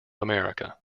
america